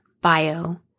bio